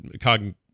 cognitive